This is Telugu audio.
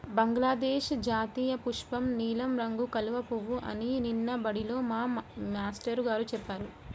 బంగ్లాదేశ్ జాతీయపుష్పం నీలం రంగు కలువ పువ్వు అని నిన్న బడిలో మా మేష్టారు గారు చెప్పారు